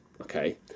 okay